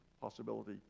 possibility